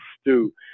stew